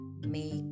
make